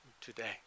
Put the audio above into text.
today